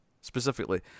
specifically